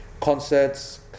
concerts